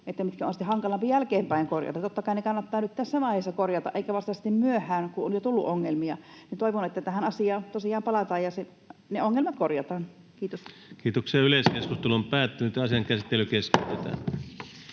mitkä on sitten hankalampi jälkeenpäin korjata. Totta kai ne kannattaa nyt tässä vaiheessa korjata eikä vasta sitten myöhään, kun on jo tullut ongelmia. Toivon, että tähän asiaan tosiaan palataan ja ne ongelmat korjataan. — Kiitos. [Speech 229] Speaker: Ensimmäinen